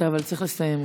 אתה צריך לסיים.